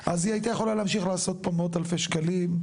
היא יכלה להישאר פה ולעשות עוד מאות אלפי שקלים,